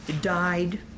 died